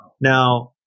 Now